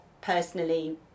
personally